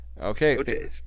Okay